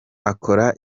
akora